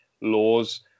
laws